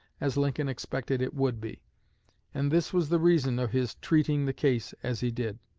as lincoln expected it would be and this was the reason of his treating the case as he did.